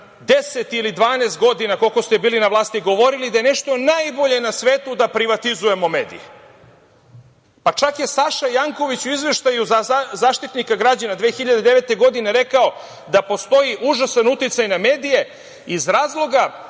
10 ili 12 godina, koliko ste bili na vlasti, govorili da je nešto najbolje na svetu da privatizujemo medije, pa čak je Saša Janković u izveštaju za Zaštitnika građana 2009. godine rekao da postoji užasan uticaj na medije iz razloga